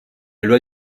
loi